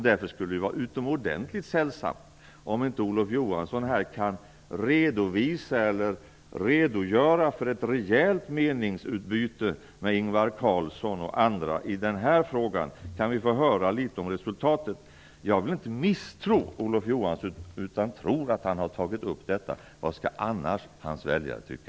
Därför skulle det vara utomordentligt sällsamt om Olof Johansson här kunde redovisa eller redogöra för ett rejält meningsutbyte med Ingvar Carlsson och andra i den här frågan. Kan vi få höra litet om resultatet? Jag vill inte misstro Olof Johansson, utan jag tror att han har tagit upp detta. Vad skall hans väljare annars tycka?